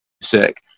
sick